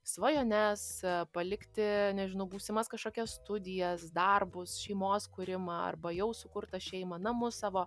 svajones palikti nežinau būsimas kažkokias studijas darbus šeimos kūrimą arba jau sukurtą šeimą namus savo